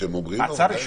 כשהם אומרים לו.